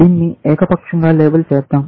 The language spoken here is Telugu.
దీన్ని ఏకపక్షంగా లేబుల్ చేద్దాం